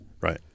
Right